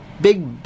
big